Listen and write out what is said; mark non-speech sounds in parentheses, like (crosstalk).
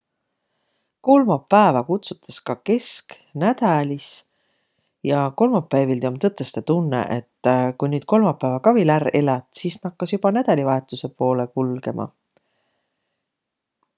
Kolmapäävä kutsutas ka kesknädälis ja kolmapäivilde om tõtõstõ tunnõq, et (hesitation) ku nüüd kolmapäävä ka äräq elät, sis nakkas joba nädälivahetusõ poolõ kulgõma.